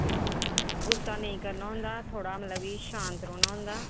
गुस्सा नेईं करना होंदा थोह्ड़ा मतलब शांत रौह्ना होंदा